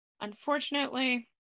Unfortunately